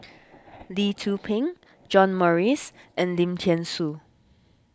Lee Tzu Pheng John Morrice and Lim thean Soo